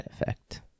effect